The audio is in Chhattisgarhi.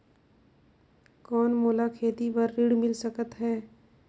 कौन मोला खेती बर ऋण मिल सकत है?